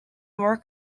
more